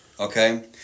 Okay